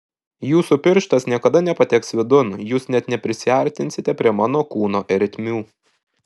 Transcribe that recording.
jūsų pirštas niekada nepateks vidun jūs net neprisiartinsite prie mano kūno ertmių